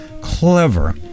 clever